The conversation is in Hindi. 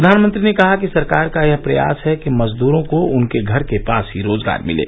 प्रधानमंत्री ने कहा कि सरकार का यह प्रयास है कि मजद्रों को उनके घर के पास ही रोजगार मिले